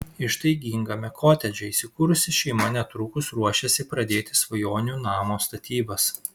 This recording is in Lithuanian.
ištaigingame kotedže įsikūrusi šeima netrukus ruošiasi pradėti svajonių namo statybas